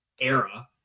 era